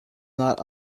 not